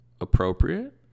appropriate